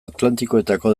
atlantikoetako